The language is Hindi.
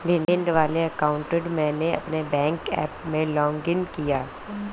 भिंड वाले अकाउंट से मैंने अपने बैंक ऐप में लॉग इन किया